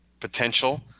potential